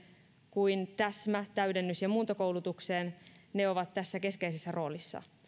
kuin täsmä täydennys ja muuntokoulutukseen ne ovat tässä keskeisessä roolissa